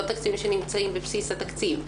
לא תקציבים שנמצאים בבסיס התקציב,